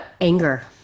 anger